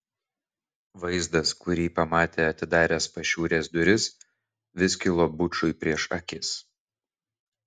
vaizdas kurį pamatė atidaręs pašiūrės duris vis kilo bučui prieš akis